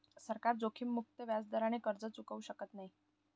सरकार जोखीममुक्त व्याजदराने कर्ज चुकवू शकत नाही